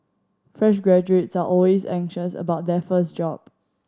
fresh graduates are always anxious about their first job